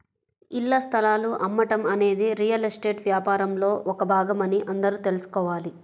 ఇళ్ల స్థలాలు అమ్మటం అనేది రియల్ ఎస్టేట్ వ్యాపారంలో ఒక భాగమని అందరూ తెల్సుకోవాలి